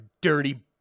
dirty